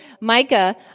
Micah